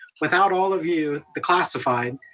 without all of you, the classified,